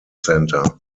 center